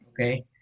Okay